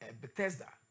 Bethesda